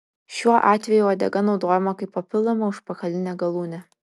šiuo atveju uodega naudojama kaip papildoma užpakalinė galūnė